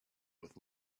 with